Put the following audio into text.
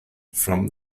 from